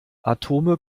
atome